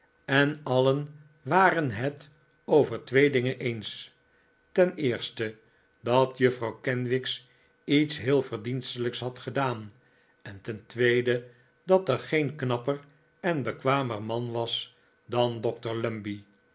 en alien waren het over twee dingen eensj ten eerste dat juffrouw kenwigs iets heel verdienstelijks had gedaan en ten tweede dat er geen knapper en bekwamer man was dan